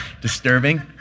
disturbing